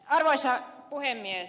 arvoisa puhemies